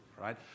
right